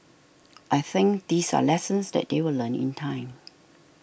I think these are lessons that they will learn in time